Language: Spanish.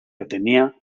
atenea